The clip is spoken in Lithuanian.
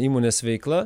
įmonės veikla